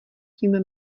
tím